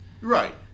Right